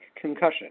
concussion